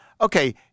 okay